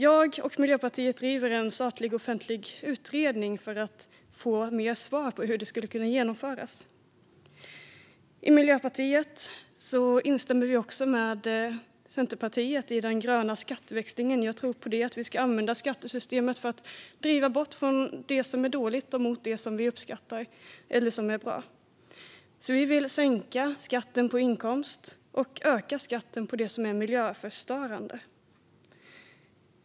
Jag och Miljöpartiet driver på för en statlig offentlig utredning för att få mer svar på hur det skulle kunna genomföras. Miljöpartiet instämmer också med Centerpartiet om den gröna skatteväxlingen. Jag tror på att vi ska använda skattesystemet för att driva bort från det som är dåligt och mot det som vi uppskattar och är bra. Vi vill sänka skatten på inkomst och öka skatten på det som är miljöförstörande.